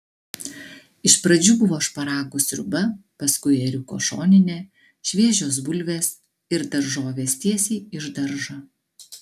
iš pradžių buvo šparagų sriuba paskui ėriuko šoninė šviežios bulvės ir daržovės tiesiai iš daržo